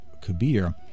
Kabir